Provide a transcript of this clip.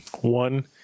One